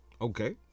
Okay